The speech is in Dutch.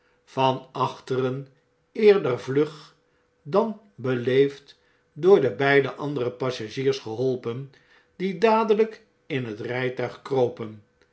van achteren eerder vlug dan beleefd door de beide andere passagiers geholpen die dadeiyk in het rfltuig kropen